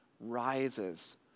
rises